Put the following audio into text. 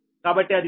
కాబట్టి అది సమానం